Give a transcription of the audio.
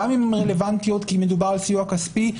גם אם הן רלוונטיות כי מדובר בסיוע כספי,